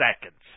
seconds